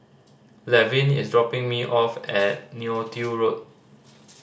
Laverne is dropping me off at Neo Tiew Road